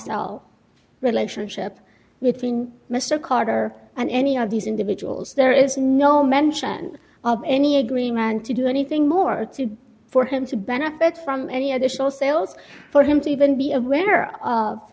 biased relationship between mr carter and any of these individuals there is no mention of any agreement to do anything more to for him to benefit from any additional sales for him to even be aware of